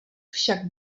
však